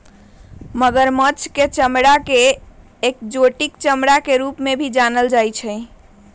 मगरमच्छ के चमडड़ा के एक्जोटिक चमड़ा के रूप में भी जानल जा हई